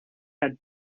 had